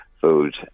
food